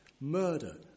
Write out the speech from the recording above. murder